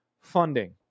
Funding